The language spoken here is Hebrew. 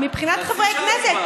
חצי שעה דיברת.